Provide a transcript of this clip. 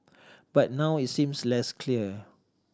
but now it's seems less clear